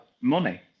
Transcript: money